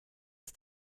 ist